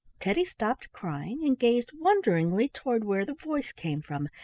teddy stopped crying and gazed wonderingly toward where the voice came from,